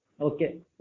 Okay